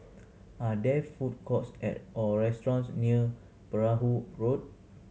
are there food courts or restaurants near Perahu Road